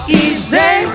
easy